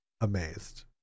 amazed